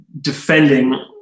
defending